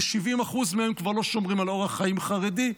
כ-70% מהם כבר לא שומרים על אורח חיים חרדי,